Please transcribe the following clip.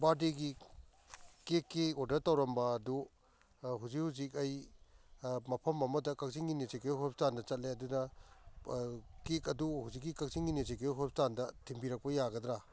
ꯕꯥꯔꯗꯦꯒꯤ ꯀꯦꯛꯀꯤ ꯑꯣꯗꯔ ꯇꯧꯔꯝꯕ ꯑꯗꯨ ꯍꯧꯖꯤꯛ ꯍꯧꯖꯤꯛ ꯑꯩ ꯃꯐꯝ ꯑꯃꯗ ꯀꯛꯆꯤꯡꯒꯤ ꯅ꯭ꯌꯨ ꯁꯦꯀꯨꯌꯔ ꯍꯣꯁꯄꯤꯇꯥꯜꯗ ꯆꯠꯂꯦ ꯑꯗꯨꯗ ꯀꯦꯛ ꯑꯗꯨ ꯍꯧꯖꯤꯛꯀꯤ ꯀꯛꯆꯤꯡꯒꯤ ꯅ꯭ꯌꯨ ꯁꯦꯀꯨꯌꯔ ꯍꯣꯁꯄꯤꯇꯥꯜꯗ ꯊꯤꯟꯕꯤꯔꯛꯄ ꯌꯥꯒꯗ꯭ꯔꯥ